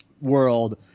world